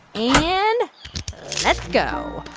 and let's go.